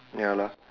ya lah